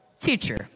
Teacher